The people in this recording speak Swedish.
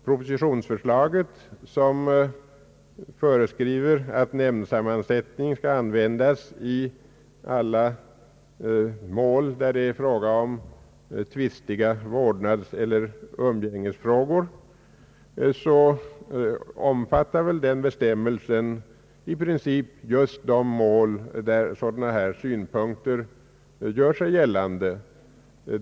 Propositionsförslaget föreskriver att nämndsammansättning skall användas i alla mål som gäller tvistiga vårdnadselier umgängesfrågor, och den bestämmelsen omfattar väl i princip just de mål där dylika synpunkter gör sig gällande.